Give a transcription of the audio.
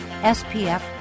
SPF